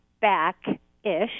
back-ish